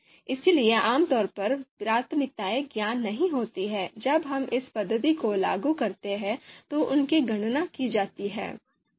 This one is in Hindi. इसलिए आमतौर पर प्राथमिकताएं ज्ञात नहीं होती हैं जब हम इस पद्धति को लागू करते हैं तो उनकी गणना की जाती है